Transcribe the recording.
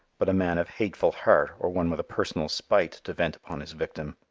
but a man of hateful heart or one with a personal spite to vent upon his victim.